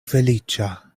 feliĉa